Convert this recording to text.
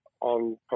on